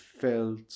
felt